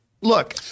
look